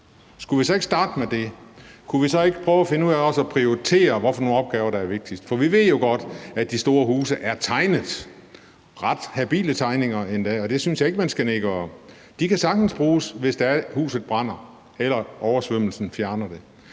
Skulle vi så ikke starte med det? Kunne vi så ikke også prøve at finde ud af at prioritere, hvilke opgaver der er vigtigst? For vi ved jo godt, at de store huse er tegnet, tegningerne er endda ret habile, og det synes jeg ikke man kan skal nedgøre. De kan sagtens bruges, hvis huset brænder eller oversvømmelsen fjerner det,